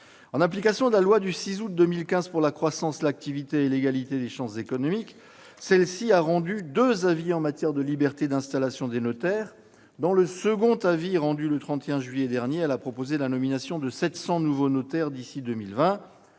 En application de la loi du 6 août 2015 pour la croissance, l'activité et l'égalité des chances économiques, l'Autorité de la concurrence a rendu deux avis en matière de liberté d'installation des notaires. Dans le second avis, rendu le 31 juillet dernier, elle a proposé la nomination de 700 nouveaux notaires d'ici à 2020.